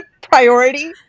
priority